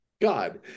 God